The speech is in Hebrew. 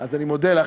אז אני מודה לך,